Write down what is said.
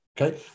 okay